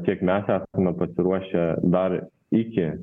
tiek mes esame pasiruošę dar iki